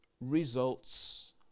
results